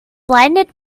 blinded